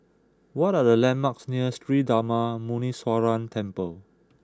what are the landmarks near Sri Darma Muneeswaran Temple